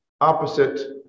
opposite